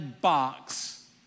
box